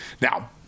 Now